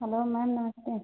hello ma'am नमस्ते